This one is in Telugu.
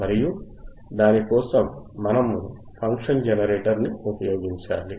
మరియు దాని కోసం మనము ఫంక్షన్ జనరేటర్ ని ఉపయోగించాలి